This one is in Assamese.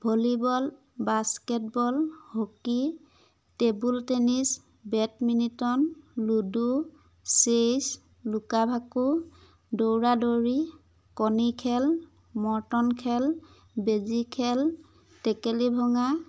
volleyball basketball hockey table tennis badminton ludo chess লুকা ভাকু দৌৰা দৌৰি কণী খেল মৰটন খেল বেজি খেল টেকেলী ভঙা